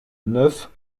neuf